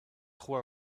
trop